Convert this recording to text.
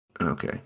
Okay